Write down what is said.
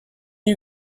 you